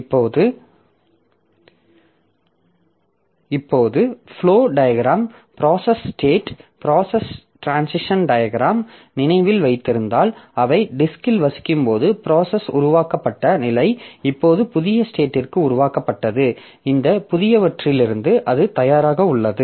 இப்போது flow diagram process state state transition diagram நினைவில் வைத்திருந்தால் அவை டிஸ்க்கில் வசிக்கும் போது ப்ராசஸ் உருவாக்கப்பட்ட நிலை இப்போது புதிய ஸ்டேடிற்கு உருவாக்கப்பட்டது இந்த புதியவற்றிலிருந்து அது தயாராக உள்ளது